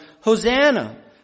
Hosanna